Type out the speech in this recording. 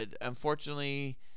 Unfortunately